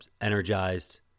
energized